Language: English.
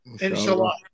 Inshallah